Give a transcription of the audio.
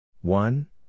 One